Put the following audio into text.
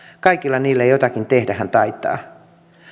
kaikilla niillä jotakin tehdä hän taitaa